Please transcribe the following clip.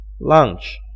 lunch